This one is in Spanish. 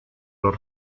los